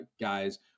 guys